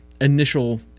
initial